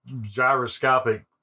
gyroscopic